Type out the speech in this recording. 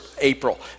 april